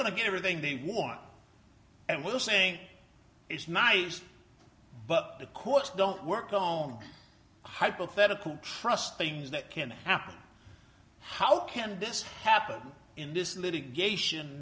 going to get everything they want and we're saying it's nice but the courts don't work on hypothetical trust things that can happen how can this happen in this litigation